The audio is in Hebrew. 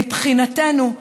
מבחינתנו,